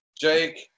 Jake